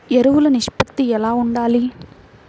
ఎరువులు నిష్పత్తి ఎలా ఉండాలి?